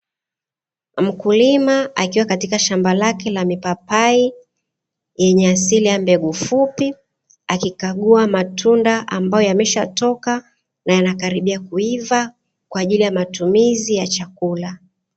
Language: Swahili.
Mkulima akiwa katika shamba lake la mipapai yenye asili ya mbegu fupi akikaguwa matunda ambayo yameshatoka na yanakaribia kuiva kwa ajili ya matumizi ya chakula.